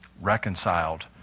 Reconciled